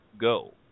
go